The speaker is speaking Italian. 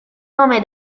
nome